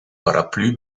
paraplu